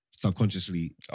Subconsciously